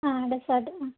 ആ ഡെസേർട്ട് ആ